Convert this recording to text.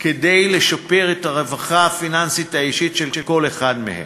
כדי לשפר את הרווחה הפיננסית האישית של כל אחד מהם.